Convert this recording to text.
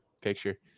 picture